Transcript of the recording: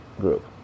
group